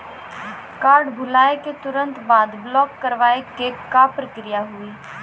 Card भुलाए के तुरंत बाद ब्लॉक करवाए के का प्रक्रिया हुई?